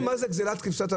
תראו מה זה גזלת כבשת הרש.